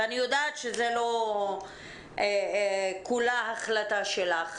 אני יודעת שזה לא החלטה שלך,